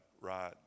right